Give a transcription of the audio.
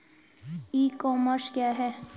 ई commerce क्या है?